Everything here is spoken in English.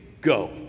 go